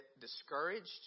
discouraged